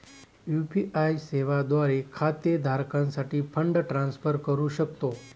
UPI सेवा द्वारे खाते धारकासाठी फंड ट्रान्सफर करू शकतो